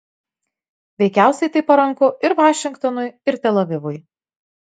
veikiausiai tai paranku ir vašingtonui ir tel avivui